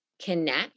Connect